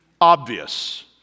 obvious